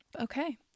Okay